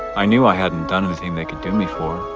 i knew i hadn't done anything they could do me for